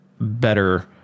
better